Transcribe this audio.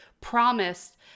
promised